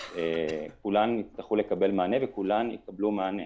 כולן יצטרכו לקבל מענה וכולן יקבלו מענה.